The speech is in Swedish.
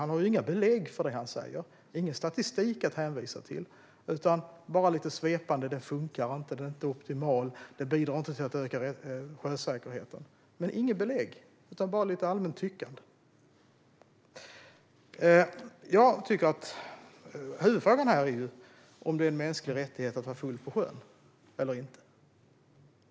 Han har inga belägg för det han säger och ingen statistik att hänvisa till utan bara lite svepande argument som att det inte funkar, att det inte är optimalt och att det inte bidrar till att öka sjösäkerheten. Han har inga belägg utan uttrycker bara lite allmänt tyckande. Huvudfrågan här är om det är en mänsklig rättighet att vara full på sjön eller inte.